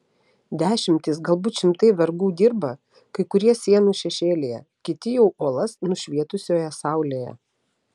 dešimtys galbūt šimtai vergų dirba kai kurie sienų šešėlyje kiti jau uolas nušvietusioje saulėje